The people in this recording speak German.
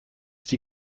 sie